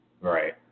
Right